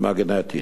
אלקטרומגנטית.